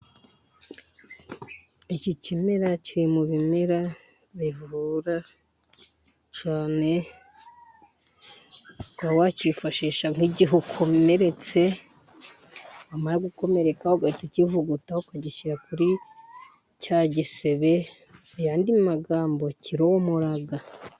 Iki kimera kiri mu bimera bivura cyane, ukaba wacyifashisha nk'igihe ukomeretse, wamara gukomerareka, ugahita ukivuguta, ukagishyira kuri cya gisebe, mu yandi magambo kiromora.